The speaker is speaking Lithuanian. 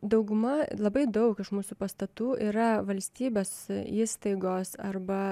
dauguma labai daug iš mūsų pastatų yra valstybės įstaigos arba